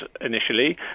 initially